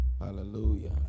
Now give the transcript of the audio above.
Hallelujah